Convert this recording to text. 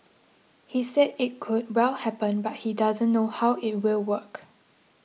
he said it could well happen but he doesn't know how it will work